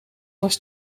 was